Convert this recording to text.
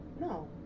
No